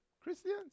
Christians